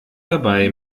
dabei